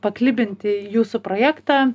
paklibinti jūsų projektą